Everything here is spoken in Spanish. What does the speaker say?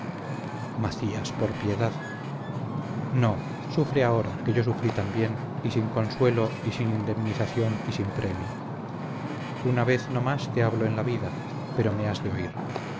macías por piedad no sufre ahora que yo sufrí también y sin consuelo y sin indemnización y sin premio una vez no más te hablo en la vida pero me has de oír